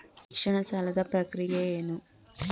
ಶಿಕ್ಷಣ ಸಾಲದ ಪ್ರಕ್ರಿಯೆ ಏನು?